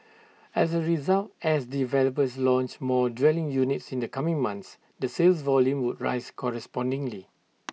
as A result as developers launch more dwelling units in the coming months the sales volume would rise correspondingly